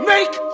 Make